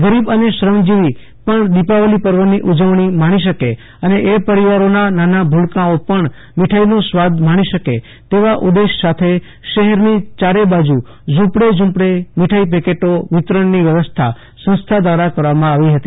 ગરીબ અને શ્રમજીવી પણ દિપાવલી પર્વની ઉજવણી માણી શકે અને એ પરિવારોનાં નાના ભુલકાઓ મીઠાઈનો સ્વાદ માણી શકે તેવા ઉદેશ સાથે શહેરની ચારે બાજુ ઝ્રંપડે ઝ્રપડે મીઠાઈ પેકેટો વિતરણની વ્યવસ્થા દ્રારા કરવામાં આવી હતી